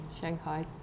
Shanghai